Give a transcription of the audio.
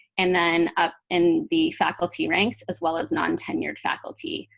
and then up in the faculty ranks as well as nontenured faculty,